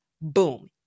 Boom